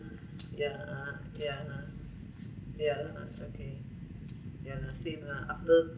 ya ya ya okay ya same lah after